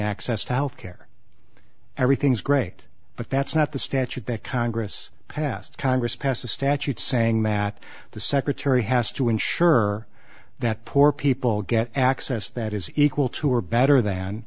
access to health care everything's great but that's not the statute that congress passed congress passed a statute saying that the secretary has to ensure that poor people get access that is equal to or better than